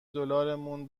دلارمون